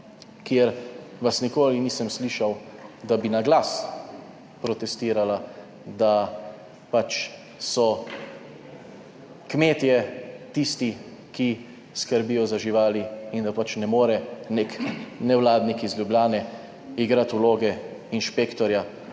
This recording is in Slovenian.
kjer vas nikoli nisem slišal, da bi na glas protestirala, da pač so kmetje tisti, ki skrbijo za živali in da pač ne more nek nevladnik iz Ljubljane igrati vloge inšpektorja